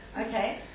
Okay